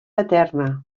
eterna